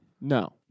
no